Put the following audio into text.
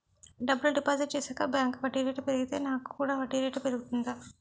డబ్బులు డిపాజిట్ చేశాక బ్యాంక్ వడ్డీ రేటు పెరిగితే నాకు కూడా వడ్డీ రేటు పెరుగుతుందా?